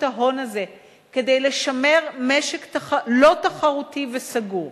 ההון הזה כדי לשמר משק לא תחרותי וסגור,